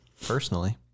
personally